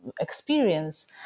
experience